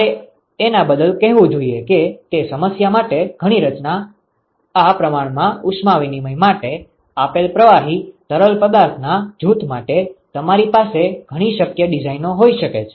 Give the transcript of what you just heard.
મારે એના બદલે કહેવું જોઈએ કે તે સમસ્યા માટે ઘણી રચના આ પ્રમાણમાં ઉષ્મા વિનિમય માટે આપેલ પ્રવાહી તરલ પદાર્થના જૂથ માટે તમારી પાસે ઘણી શક્ય ડિઝાઇનો હોઈ શકે છે